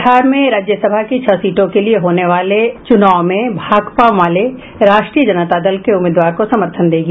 बिहार में राज्यसभा की छह सीटों के लिए होने वाले चुनाव में भाकपा माले राष्ट्रीय जनता दल के उम्मीदवार को समर्थन देगी